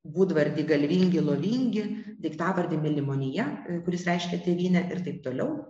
būdvardį galvingi lovingi daiktavardį mylimonija kuris reiškia tėvynę ir taip toliau